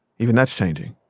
even that's changing.